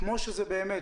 כמו שזה באמת,